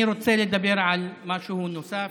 אני רוצה לדבר על משהו נוסף,